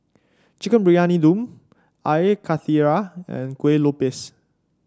Chicken Briyani Dum Air Karthira and Kuih Lopes